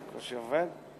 זה בקושי עובד?